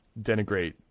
denigrate